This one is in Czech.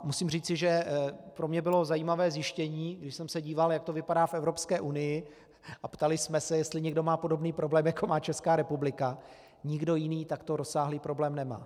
Musím říci, že pro mě bylo zajímavé zjištění, když jsem se díval, jak to vypadá v Evropské unii, a ptali jsme se, jestli má někdo podobný problém, jako má České republika nikdo jiný takto rozsáhlý problém nemá.